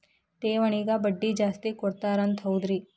ಠೇವಣಿಗ ಬಡ್ಡಿ ಜಾಸ್ತಿ ಕೊಡ್ತಾರಂತ ಹೌದ್ರಿ?